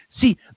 See